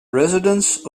residence